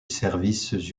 services